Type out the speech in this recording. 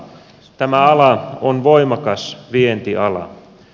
tämä ala on voimakas vientiala